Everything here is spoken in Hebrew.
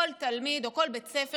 או כל בית ספר יותר נכון,